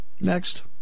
Next